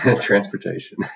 transportation